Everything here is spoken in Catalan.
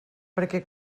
perquè